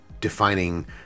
defining